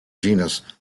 genus